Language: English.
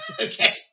Okay